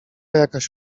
jakaś